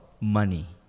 money